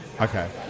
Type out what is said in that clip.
Okay